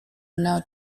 know